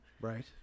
Right